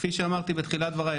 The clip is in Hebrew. כפי שאמרתי בתחילת דבריי,